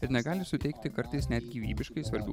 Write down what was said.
ir negali suteikti kartais net gyvybiškai svarbių